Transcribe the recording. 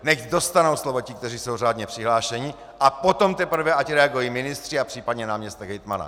Nechť dostanou slovo ti, kteří jsou řádně přihlášeni, a potom teprve, ať reagují ministři a případně náměstek hejtmana.